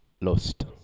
lost